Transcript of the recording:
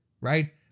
right